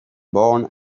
born